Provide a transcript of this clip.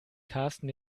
karsten